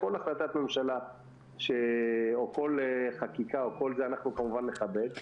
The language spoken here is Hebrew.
כל החלטת ממשלה או כל חקיקה אנחנו כמובן נכבד.